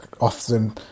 often